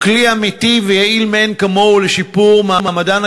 הוא כלי אמיתי ויעיל מאין כמוהו לשיפור מעמדן